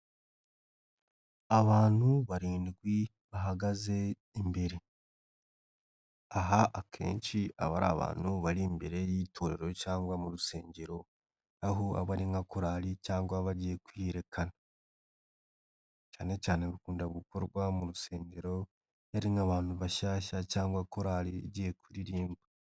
Abantu barindwi bahagaze imbere. Aha akenshi abari abantu bari imbere y'itorero cyangwa mu rusengero, aho aba ari nka koli cyangwa bagiye kwiyerekana. Cyane cyane bikunda gukorwa mu rusengero iyo ari nk'abantu bashyashya cyangwa korali igiye kuririmba.